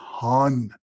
ton